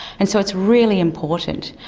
and so it's really important.